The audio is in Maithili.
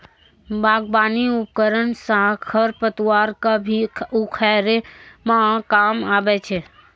बागबानी उपकरन सँ खरपतवार क भी उखारै म काम आबै छै